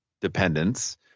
dependence